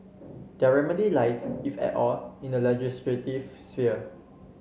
their remedy lies if at all in the legislative sphere